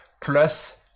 Plus